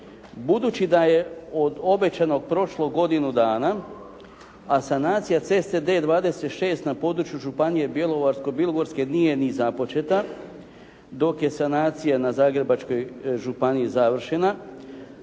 Budući da je od obećanog prošlo godinu dana, a sanacija ceste D 26 na području županije Bjelovarsko-bilogorske nije ni započeta dok je sanacija na Zagrebačkoj županiji završena,